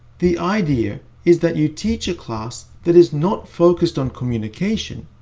the idea is that you teach a class that is not focused on communication,